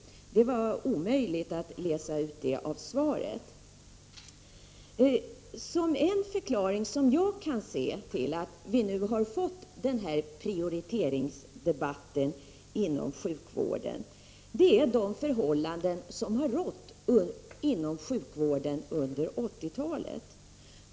Det var omöjligt att utläsa av hans svar. En förklaring som jag kan se till att vi nu har fått den här prioriteringsdebatten inom sjukvården är de förhållanden som har rått inom sjukvården under 1980-talet.